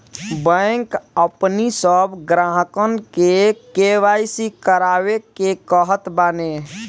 bank अपनी सब ग्राहकन के के.वाई.सी करवावे के कहत बाने